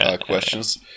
questions